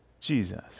Jesus